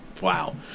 wow